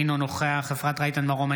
אינו נוכח אפרת רייטן מרום,